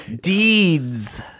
Deeds